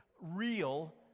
real